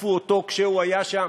תקפו אותו כשהוא היה שם.